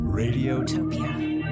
radiotopia